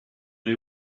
day